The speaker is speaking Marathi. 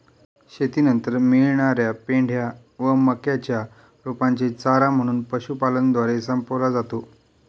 शेतीनंतर मिळणार्या पेंढ्या व मक्याच्या रोपांचे चारा म्हणून पशुपालनद्वारे संपवला जातो